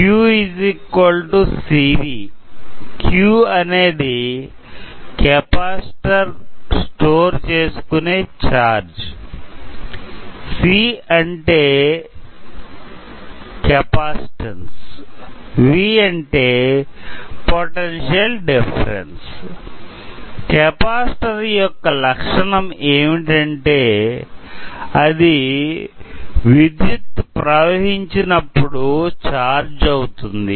QCV Q అనేది capacitor store చేసుకొనే charge C అంటే కెపాసిటన్స్ V అంటే పొటెన్షియల్ డిఫరెన్సు కెపాసిటర్ యొక్క లక్షణం ఏమిటంటే అది విద్యుత్ ప్రవహించినప్పుడు ఛార్జ్ అవుతుంది